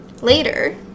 later